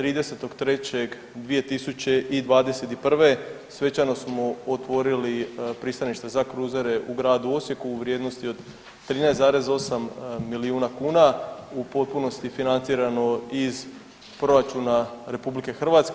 30.3.2021. svečano smo otvorili pristanište za kruzere u gradu Osijeku u vrijednosti od 13,8 milijuna kuna u potpunosti financirano iz proračuna RH.